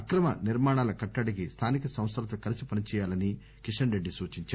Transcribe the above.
అక్రమ నిర్మాణాల కట్టడికి స్థానిక సంస్దలతో కలిసి పని చేయాలని కిషన్రెడ్డి సూచించారు